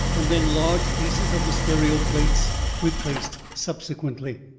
and then large pieces of the stereo plates replaced subsequently.